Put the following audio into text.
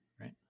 right